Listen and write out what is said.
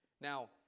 Now